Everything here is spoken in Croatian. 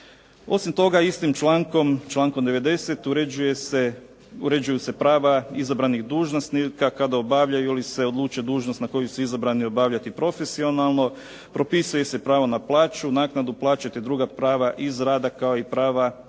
Osim toga, istim člankom, člankom 90. uređuju se prava izabranih dužnosnika kada obavljaju ili se odluče dužnost na koju su izabrani obavljati profesionalno, propisuje se pravo na plaću, naknadu plaće te druga prava iz rada kao i prava